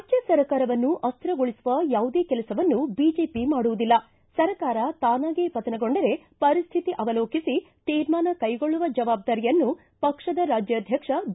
ರಾಜ್ಯ ಸರ್ಕಾರವನ್ನು ಅಸ್ಥಿರಗೊಳಿಸುವ ಯಾವುದೇ ಕೆಲಸವನ್ನು ಬಿಜೆಪಿ ಮಾಡುವುದಿಲ್ಲ ಸರ್ಕಾರ ತಾನಾಗಿಯೇ ಪತನಗೊಂಡರೆ ಪರಿಸ್ಥಿತಿ ಅವಲೋಕಿಸಿ ತೀರ್ಮಾನ ಕೈಗೊಳ್ಳುವ ಜವಾಬ್ದಾರಿಯನ್ನು ಪಕ್ಷದ ರಾಜ್ಯಾಧ್ವಕ್ಷ ಬಿ